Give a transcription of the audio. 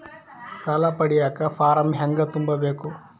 ಸಾಲ ಪಡಿಯಕ ಫಾರಂ ಹೆಂಗ ತುಂಬಬೇಕು?